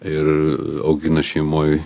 ir augina šeimoj